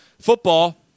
Football